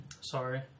sorry